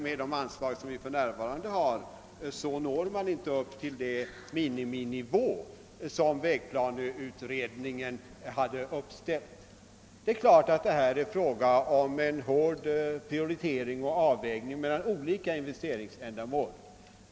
Med de anslag som för närvarande utgår når vi inte upp till den miniminivå som vägplaneutredningen hade uppställt. Det är klart att det alltid måste bli fråga om en hård prioritering och avvägning mellan olika investeringsändamål.